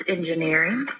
Engineering